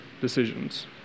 decisions